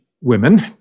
women